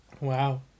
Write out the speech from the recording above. Wow